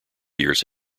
years